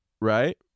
right